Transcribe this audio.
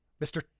Mr